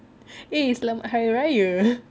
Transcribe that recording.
eh selamat hari raya